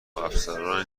افسران